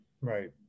right